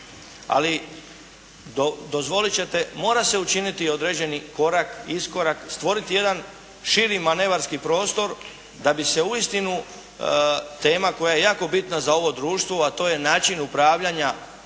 ali dozvolit ćete mora se učiniti određeni korak, iskorak, stvoriti jedan širi manevarski prostor da bi se uistinu tema koja je jako bitna za ovo društvo, a to je način upravljanja